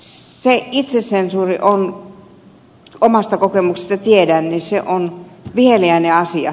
se itsesensuuri on omasta kokemuksesta tiedän viheliäinen asia